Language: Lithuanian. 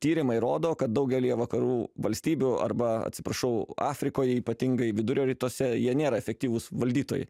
tyrimai rodo kad daugelyje vakarų valstybių arba atsiprašau afrikoje ypatingai vidurio rytuose jie nėra efektyvūs valdytojai